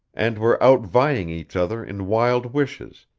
and were outvying each other in wild wishes,